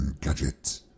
Gadget